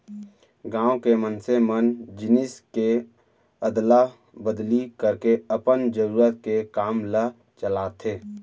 गाँव के मनसे मन जिनिस के अदला बदली करके अपन जरुरत के काम ल चलाथे